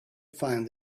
find